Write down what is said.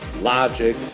logic